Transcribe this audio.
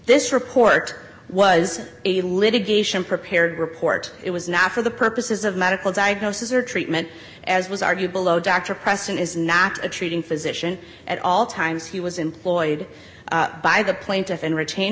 this report was a litigation prepared report it was not for the purposes of medical diagnosis or treatment as was argued below dr preston is not a treating physician at all times was employed by the plaintiff and retain